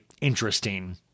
interesting